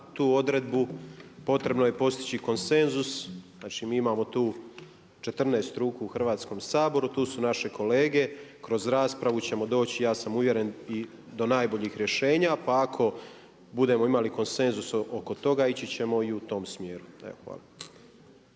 tu odredbu potrebno je postići konsenzus, znači mi imamo tu 14 ruku u Hrvatskom saboru. Tu su naše kolege. Kroz raspravu ćemo doći ja sam uvjeren i do najboljih rješenja pa ako budemo imali konsenzus oko toga ići ćemo i u tom smjeru. Evo